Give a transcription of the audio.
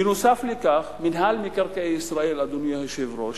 בנוסף לכך, מינהל מקרקעי ישראל, אדוני היושב-ראש,